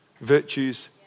virtues